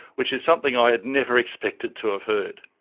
which is something i had never expected to have heard.